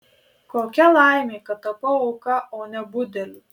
kokia laimė kad tapau auka o ne budeliu